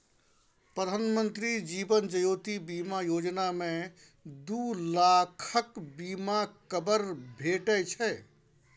प्रधानमंत्री जीबन ज्योती बीमा योजना मे दु लाखक बीमा कबर भेटै छै